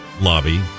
Lobby